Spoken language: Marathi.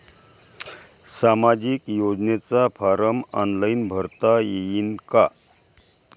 सामाजिक योजनेचा फारम ऑनलाईन भरता येईन का?